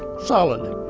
solid.